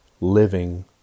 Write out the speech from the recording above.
living